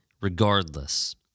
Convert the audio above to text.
regardless